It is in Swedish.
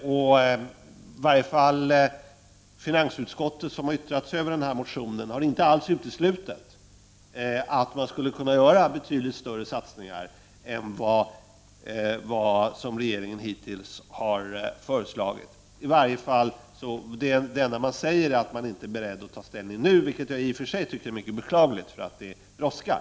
I varje fall finansutskottet, som har yttrat sig om motionen, har inte alls uteslutit att man skulle kunna göra betydligt större satsningar än regeringen hittills har föreslagit. Det enda man säger är att man inte är beredd att ta ställning nu, vilket jag i och för sig tycker är mycket beklagligt, för det brådskar.